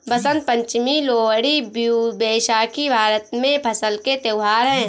बसंत पंचमी, लोहड़ी, बिहू, बैसाखी भारत में फसल के त्योहार हैं